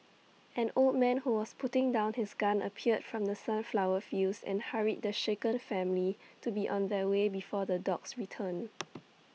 an old man who was putting down his gun appeared from the sunflower fields and hurried the shaken family to be on their way before the dogs return